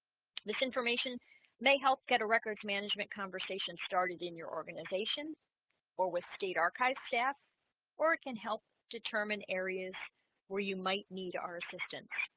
this information may help get a records management conversation started in your organization or with state archive staff or it can help determine areas where you might need our assistance